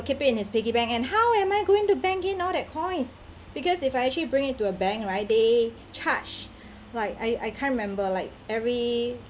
keep it in his piggy bank and how am I going to bank in all that coins because if I actually it to a bank right they charge like I I can't remember like every